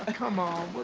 ah come on, what